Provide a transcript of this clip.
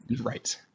Right